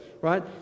right